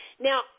Now